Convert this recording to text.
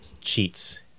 cheats